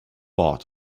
bought